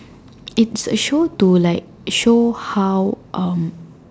it's a show to like show how um